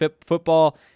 football